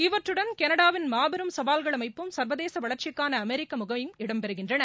இவற்றுடன் கனடாவின் மாபெரும் சவால்கள் அமைப்பும் சர்வதேச வளர்ச்சிக்காள அமெரிக்க முகமையும் இடம்பெறுகின்றன